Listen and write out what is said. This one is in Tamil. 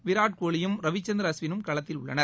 விராட் கோலியும் ரவிச்சந்திர அஸ்வினும் களத்தில் உள்ளனர்